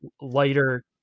lighter